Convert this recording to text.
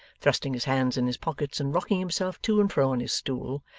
thrusting his hands in his pockets, and rocking himself to and fro on his stool,